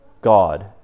God